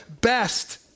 best